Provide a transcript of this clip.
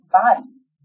bodies